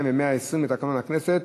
22 ו-120 לתקנון הכנסת.